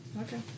okay